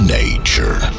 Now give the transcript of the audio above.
nature